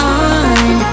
on